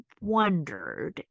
wondered